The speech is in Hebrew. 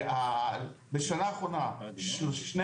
בשנה האחרונה שני